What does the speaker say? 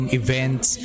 events